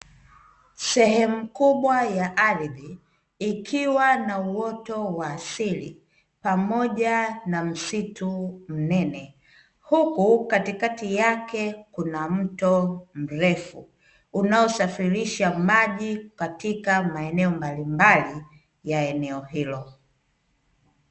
Sehemu kubwa ya ardhi ikiwa na uoto wa asili pamoja na msitu mnene, huku katikati yake kuna mto mrefu, unaosafirisha maji katika maeneo mbalimbali ya eneo hilo.